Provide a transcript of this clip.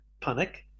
panic